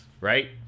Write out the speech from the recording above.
right